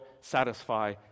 satisfy